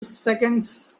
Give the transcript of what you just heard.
seconds